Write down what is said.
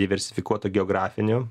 diversifikuoto geografiniu